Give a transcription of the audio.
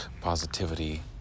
Positivity